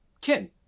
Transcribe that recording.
kin